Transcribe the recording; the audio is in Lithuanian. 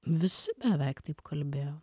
visi beveik taip kalbėjo